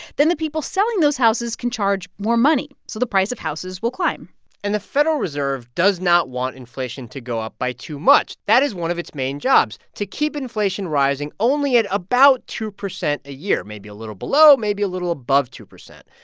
then the people selling those houses can charge more money. so the price of houses will climb and the federal reserve does not want inflation to go up by too much. that is one of its main jobs, to keep inflation rising only at about two percent a year, maybe a little below, maybe a little above two percent.